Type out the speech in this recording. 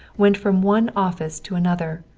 went from one office to another,